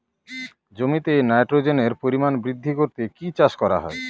জমিতে নাইট্রোজেনের পরিমাণ বৃদ্ধি করতে কি চাষ করা হয়?